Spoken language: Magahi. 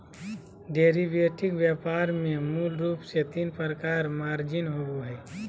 डेरीवेटिव व्यापार में मूल रूप से तीन प्रकार के मार्जिन होबो हइ